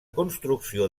construcció